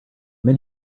them